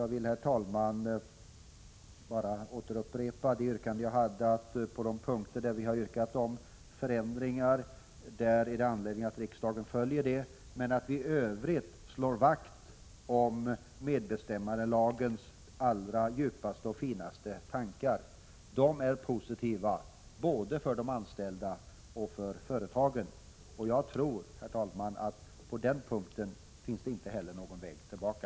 Jag vill, herr talman, bara upprepa det yrkande jag hade, att det på de punkter där vi har föreslagit förändringar finns anledning för riksdagen att följa våra förslag och att vi i övrigt skall slå vakt om medbestämmandelagens allra djupaste och finaste tankar. De är positiva både för de anställda och för företagen. Jag tror, herr talman, att det på den punkten inte heller finns någon väg tillbaka.